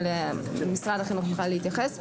אבל משרד החינוך יוכל להתייחס.